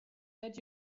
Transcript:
that